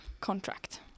contract